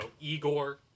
Igor